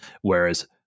whereas